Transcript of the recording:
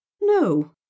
No